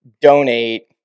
Donate